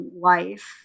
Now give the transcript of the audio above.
life